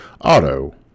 Auto